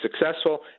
successful